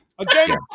Again